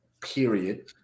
period